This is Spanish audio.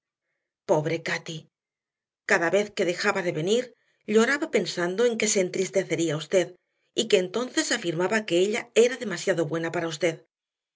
pobre cati cada vez que dejaba de venir lloraba pensando en que se entristecería usted y que entonces afirmaba que ella era demasiado buena para usted